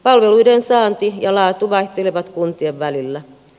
palveluiden saanti ja laatu vaihtelevat kuntien välillä